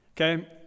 Okay